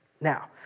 Now